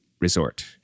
resort